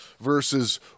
versus